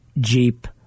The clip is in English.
Jeep